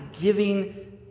giving